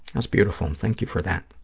that's beautiful. and thank you for that.